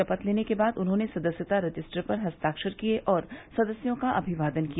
शपथ लेने के बाद उन्होंने सदस्यता रजिस्टर पर हस्ताक्षर किए और सदस्यों का अभिवादन किया